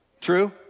True